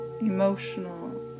emotional